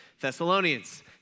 Thessalonians